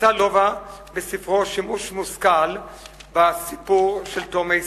עשה לובה בספרו שימוש מושכל בסיפור של תאומי סיאם.